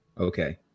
okay